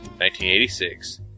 1986